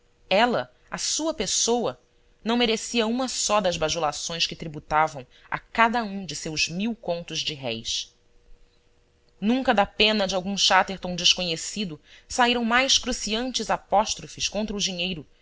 ela a sua pessoa não merecia uma só das bajulações que tributavam a cada um de seus mil contos de réis nunca da pena de algum chatterton desconhecido saíram mais cruciantes apóstrofes contra o dinheiro